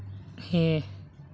ᱦᱮᱸ